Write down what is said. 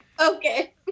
Okay